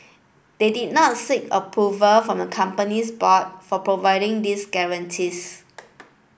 they did not seek approval from the company's board for providing these guarantees